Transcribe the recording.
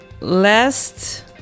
last